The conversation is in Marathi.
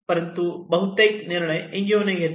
परंतु बहुतेक निर्णय एनजीओने घेतला